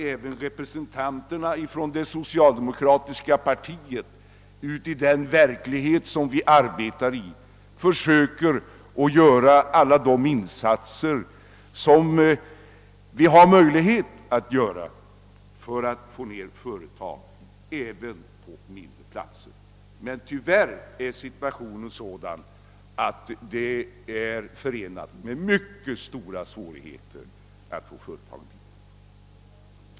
Även representanterna för det socialdemokratiska partiet försöker, herr Åkerlind, att i den verklighet vari de arbetar göra alla de insatser som kan göras för att också mindre platser skall få företag. Tyvärr är det förenat med mycket stora svårigheter.